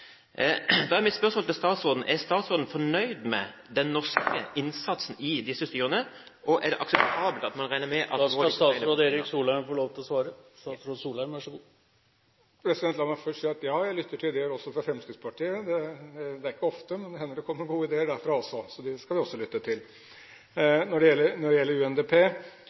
Da er mitt spørsmål til statsråden: Er statsråden fornøyd med den norske innsatsen i disse styrene, og er det akseptabelt at man regner med Da skal statsråd Solheim få lov til å svare. La meg først si at jeg lytter til ideer også fra Fremskrittspartiet. Det er ikke ofte, men det hender det kommer gode ideer derfra også. Så dem skal vi også lytte til. Når det gjelder UNDP: Nei, jeg er ikke fornøyd med hvordan det